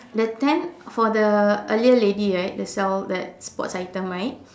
the tent for the earlier lady right the sell that sports item right